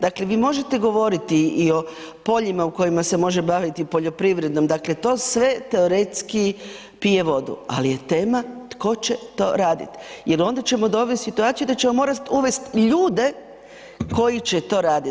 Dakle, vi možete govoriti i o poljima u kojima se može baviti poljoprivredom, dakle to sve teoretski pije vodu ali je tema tko će to raditi jer onda ćemo dovesti u situaciju da ćemo morat uvest ljude koji će to radit.